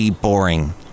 Boring